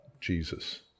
Jesus